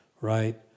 right